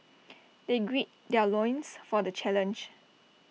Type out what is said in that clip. they gird their loins for the challenge